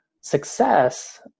success